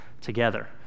together